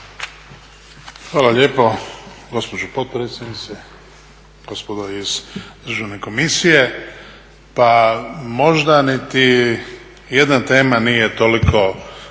Hvala lijepo gospođo potpredsjednice. Gospodo iz Državne komisije. Pa možda niti jedna tema nije toliko